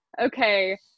Okay